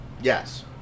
Yes